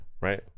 Right